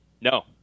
No